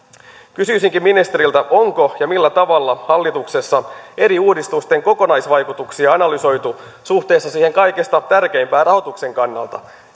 kysyisinkin ministeriltä onko ja millä tavalla on hallituksessa eri uudistusten kokonaisvaikutuksia analysoitu suhteessa siihen kaikista tärkeimpään rahoituksen kannalta